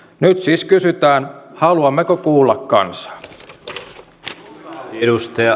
nyt siis kysytään haluammeko kuulla kansaa